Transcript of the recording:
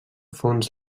fons